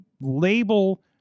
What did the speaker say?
label